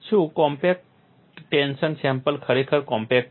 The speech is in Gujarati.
શું કોમ્પેક્ટ ટેન્શન સેમ્પલ ખરેખર કોમ્પેક્ટ છે